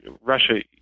Russia